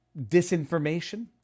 disinformation